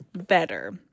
better